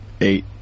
eight